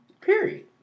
Period